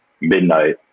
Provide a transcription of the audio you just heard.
midnight